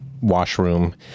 washroom